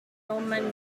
nomenclature